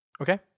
Okay